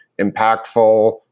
impactful